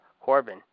Corbin